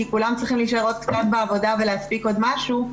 כי כולם צריכים להישאר עוד קצת בעבודה ולהספיק עוד משהו,